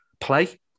play